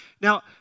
Now